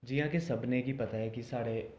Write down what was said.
जि'यां के सभनें गी पता ऐ कि साढ़े